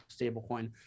stablecoin